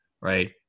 right